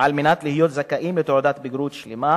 על מנת להיות זכאים לתעודת בגרות שלמה,